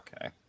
okay